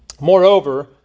Moreover